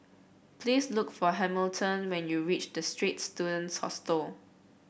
please look for Hamilton when you reach The Straits Students Hostel